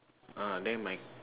ah then my